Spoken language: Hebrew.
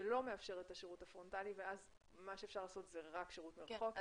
שלא מאפשרת את השירות הפרונטלי ואז מה שאפשר לעשות זה רק שירות מרחוק.